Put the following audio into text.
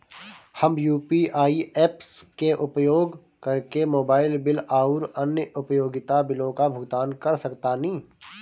हम UPI apps के उपयोग करके मोबाइल बिल आउर अन्य उपयोगिता बिलों का भुगतान कर सकतानी